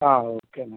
ആ ഓക്കെ മാം